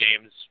James